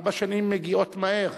ארבע שנים מגיעות מהר,